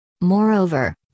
Moreover